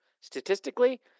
statistically